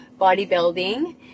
bodybuilding